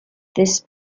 this